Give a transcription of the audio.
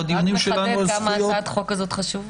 זה רק מחדד כמה הצעת החוק הזאת חשובה.